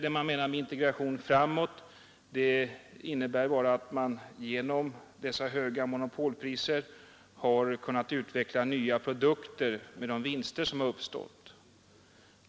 Det man menar med integration framåt är bara att man genom dessa höga monopolpriser har kunnat utveckla nya produkter med de vinster som uppstått.